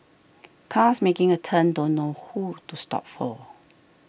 cars making a turn don't know who to stop for